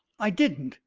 i didn't!